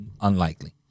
unlikely